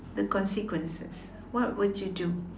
the consequences what would you do